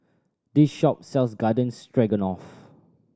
this shop sells Garden Stroganoff